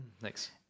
Thanks